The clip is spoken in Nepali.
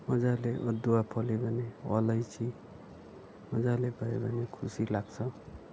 मजाले अदुवा फल्यो भने अलैँची मजाले फल्यो भने खुसी लाग्छ